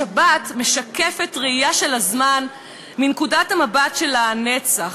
השבת משקפת ראייה של הזמן מנקודת המבט של הנצח.